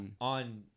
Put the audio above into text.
on